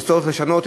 יש צורך לשנות,